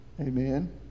Amen